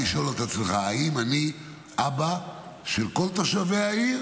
ולשאול את עצמך: האם אני אבא של כל תושבי העיר,